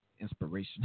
inspiration